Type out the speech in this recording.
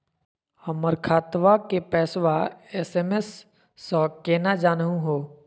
हमर खतवा के पैसवा एस.एम.एस स केना जानहु हो?